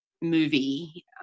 movie